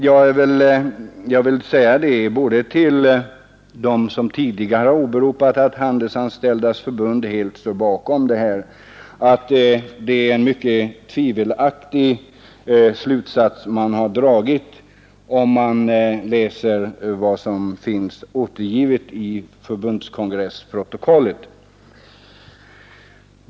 Jag vill säga till dem som tidigare åberopat att Handelsanställdas förbund helt står bakom det här förslaget, att det är en mycket tvivelaktig slutsats de har dragit; det kan man se om man läser vad som finns återgivet i förbundskongressprotokollet.